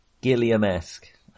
Gilliam-esque